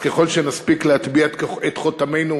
אז ככל שנספיק להטביע את חותמנו